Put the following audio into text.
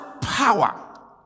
power